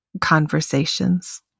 conversations